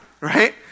right